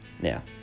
now